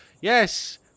Yes